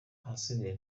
ahasigaye